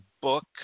book